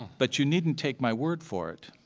but you needn't take my word for it.